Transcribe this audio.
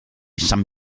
san